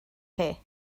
chi